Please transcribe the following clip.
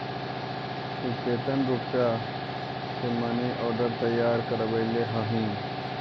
तु केतन रुपया के मनी आर्डर तैयार करवैले हहिं?